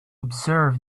observe